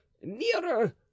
nearer